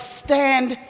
stand